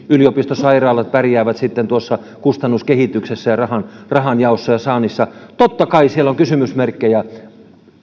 yliopistosairaalat pärjäävät sitten kustannuskehityksessä ja rahan rahan jaossa ja saannissa totta kai siellä on kysymysmerkkejä